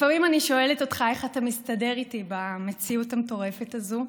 לפעמים אני שואלת אותך איך אתה מסתדר איתי במציאות המטורפת הזאת,